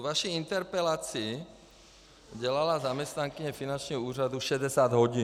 Vaši interpelaci dělala zaměstnankyně finančního úřadu 60 hodin.